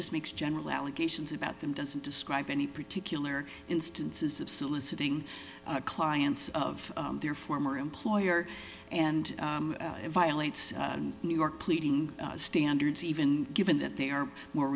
just makes general allegations about them doesn't describe any particular instances of soliciting clients of their former employer and violates new york pleading standards even given that they are more